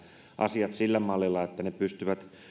asiat sillä mallilla että ne pystyvät